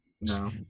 No